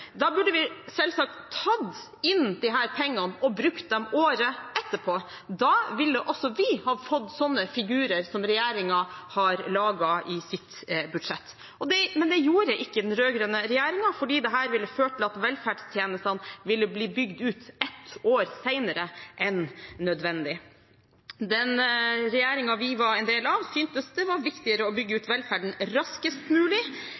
burde vi selvsagt tatt disse pengene inn og brukt dem året etterpå. Da ville også vi ha fått sånne figurer som regjeringen har laget i sitt budsjett. Men det gjorde ikke den rød-grønne regjeringen, fordi dette ville ført til at velferdstjenestene ville bli bygd ut ett år senere enn nødvendig. Regjeringen vi var en del av, syntes det var viktigere å bygge ut velferden raskest mulig